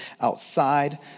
outside